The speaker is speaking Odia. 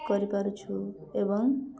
କରିପାରୁଛୁ ଏବଂ